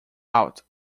out